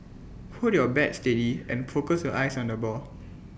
hold your bat steady and focus your eyes on the ball